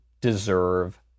deserve